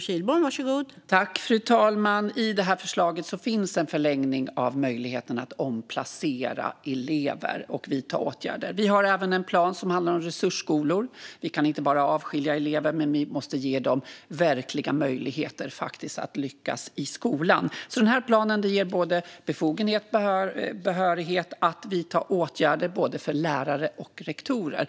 Fru talman! I förslaget finns en förlängning av möjligheten att omplacera elever och vidta åtgärder. Vi har även en plan som handlar om resursskolor. Vi kan inte bara avskilja elever, utan vi måste ge dem verkliga möjligheter att lyckas i skolan. Planen ger befogenhet och behörighet att vidta åtgärder både för lärare och för rektorer.